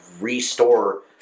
restore